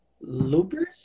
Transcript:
Loopers